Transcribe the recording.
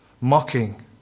mocking